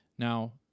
Now